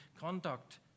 conduct